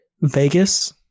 Vegas